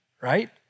right